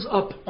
up